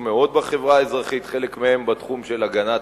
סיעתך, חבר הכנסת